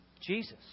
Jesus